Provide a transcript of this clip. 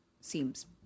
seems